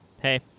Hey